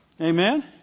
Amen